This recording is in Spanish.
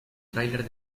tráiler